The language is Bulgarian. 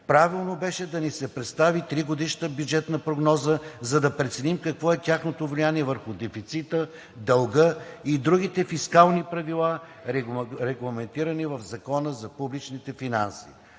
Правилно беше да ни се представи 3-годишна бюджетна прогноза, за да преценим какво е тяхното влияние върху дефицита, дълга и другите фискални правила, регламентирани в Закона за публичните финанси.